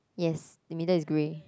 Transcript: yes in middle is grey